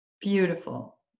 Beautiful